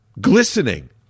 glistening